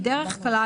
בדרך כלל,